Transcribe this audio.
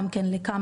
גם כן לכמה,